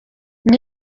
nti